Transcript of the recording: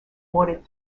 ordered